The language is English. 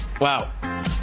Wow